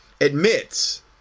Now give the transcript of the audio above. admits